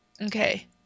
Okay